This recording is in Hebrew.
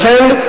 לכן,